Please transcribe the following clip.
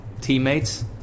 teammates